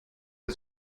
der